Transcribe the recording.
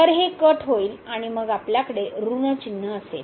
तर हे कट होईल आणि मग आपल्याकडे ऋण चिन्ह असेल